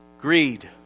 Greed